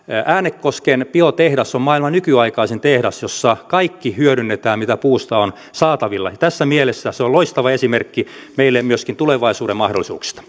äänekosken biotehdas on maailman nykyaikaisin tehdas jossa kaikki hyödynnetään mitä puusta on saatavilla tässä mielessä se on loistava esimerkki meille myöskin tulevaisuuden mahdollisuuksista